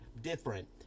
different